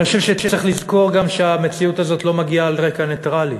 אני חושב שצריך לזכור גם שהמציאות הזאת לא מגיעה על רקע נייטרלי.